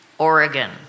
Oregon